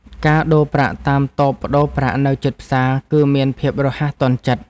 ការដូរប្រាក់តាមតូបប្តូរប្រាក់នៅជិតផ្សារ គឺមានភាពរហ័សទាន់ចិត្ត។